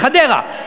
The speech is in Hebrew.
מחדרה.